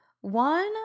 One